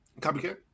copycat